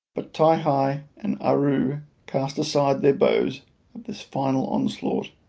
but ti-hi and aroo cast aside their bows at this final onslaught,